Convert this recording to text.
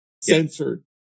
censored